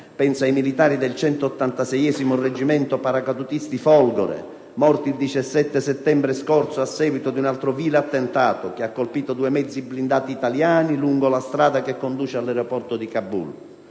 penso ai militari del 186° reggimento paracadutisti Folgore, morti il 17 settembre scorso a seguito di un altro vile attentato che ha colpito due mezzi blindati italiani lungo la strada che conduce all'aeroporto di Kabul.